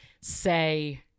say